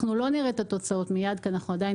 אנחנו לא נראה את התוצאות מייד כי אנחנו עדיין